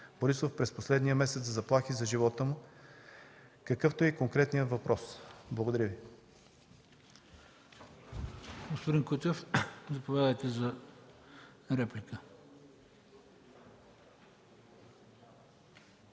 Борисов през последния месец за заплахи за живота му, какъвто е конкретният въпрос. Благодаря.